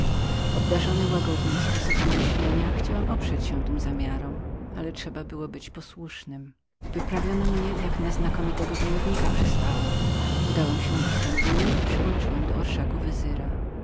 obdarzony łagodnym sposobem myślenia chciałem oprzeć się tym zamiarom ale trzeba było być posłusznym wyprawiono mnie jak na znakomitego wojownika przystało udałem się do stambułu i przyłączyłem do orszaku